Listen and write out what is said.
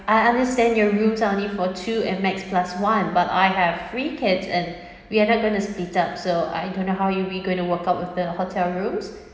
I understand your rooms are only for two and max plus one but I have three kids and we are not going to split up so I don't know how are we going to work out with the hotel rooms